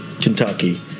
Kentucky